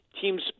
Teams